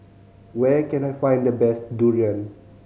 where can I find the best durian